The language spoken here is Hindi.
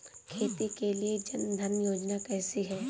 खेती के लिए जन धन योजना कैसी है?